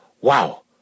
Wow